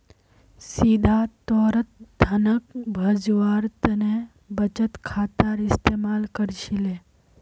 सीधा तौरत धनक भेजवार तने बचत खातार इस्तेमाल कर छिले